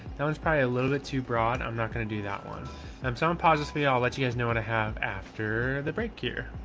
that one's probably a little bit too broad. i'm not going to do that um so i'm positively, i'll let you guys know what i have after the break here.